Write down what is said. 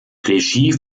regie